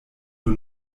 nur